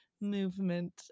movement